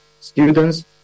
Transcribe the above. students